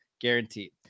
guaranteed